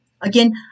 Again